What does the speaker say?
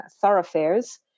thoroughfares